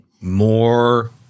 More